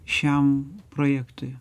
šiam projektui